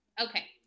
okay